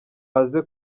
aze